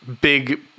big